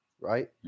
Right